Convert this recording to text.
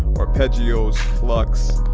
arpeggios, plucks.